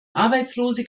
arbeitslose